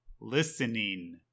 listening